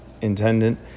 intendant